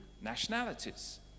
nationalities